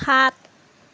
সাত